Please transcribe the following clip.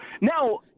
Now